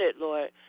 Lord